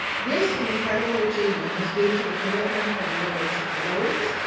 this incredible achievement is due to the commitment of lilith's boards,